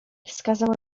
wskazała